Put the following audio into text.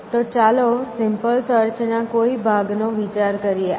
તો ચાલો સિમ્પલ સર્ચના કોઈ ભાગનો વિચાર કરીએ